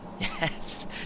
yes